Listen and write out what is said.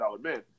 man